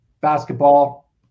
basketball